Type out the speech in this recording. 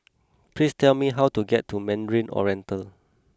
please tell me how to get to Mandarin Oriental